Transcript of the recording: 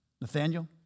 Nathaniel